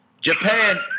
Japan